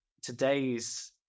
today's